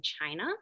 China